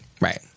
Right